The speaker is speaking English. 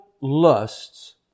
lusts